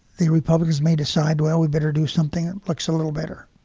the republicans may decide, well, we'd better do something that looks a little better